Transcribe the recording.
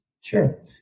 Sure